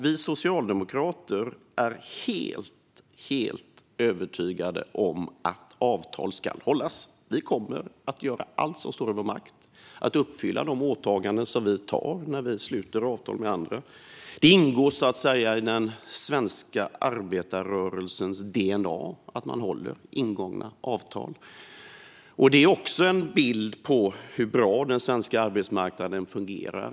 Vi socialdemokrater är helt övertygade om att avtal ska hållas. Vi gör allt som står i vår makt för att uppfylla de åtaganden vi gör när vi sluter avtal med andra. Det ingår så att säga i den svenska arbetarrörelsens DNA att hålla ingångna avtal. Detta är också en bild av hur bra den svenska arbetsmarknaden fungerar.